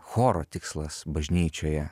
choro tikslas bažnyčioje